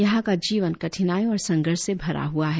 यहा का जीवन कठिनाई और संघर्ष से भरा हुआ है